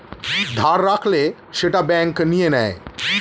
ধার রাখলে সেটা ব্যাঙ্ক নিয়ে নেয়